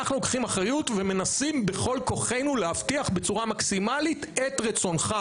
אנחנו לוקחים אחריות ומנסים בכל כוחנו להבטיח בצורה מקסימלית את רצונך,